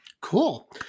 Cool